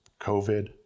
COVID